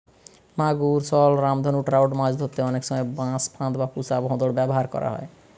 মাগুর, শল, রামধনু ট্রাউট মাছ ধরতে অনেক সময় বাঁশে ফাঁদ বা পুশা ভোঁদড় ব্যাভার করা হয়